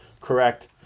correct